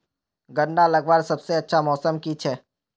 गन्ना लगवार सबसे अच्छा मौसम की छे?